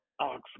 Ox